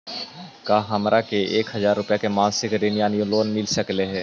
का हमरा के एक हजार रुपया के मासिक ऋण यानी लोन मिल सकली हे?